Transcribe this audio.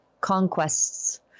conquests